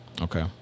Okay